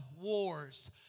wars